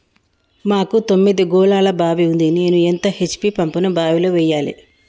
మాకు తొమ్మిది గోళాల బావి ఉంది నేను ఎంత హెచ్.పి పంపును బావిలో వెయ్యాలే?